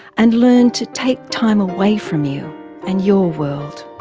and learned to take time away from you and your world.